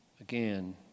again